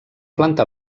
planta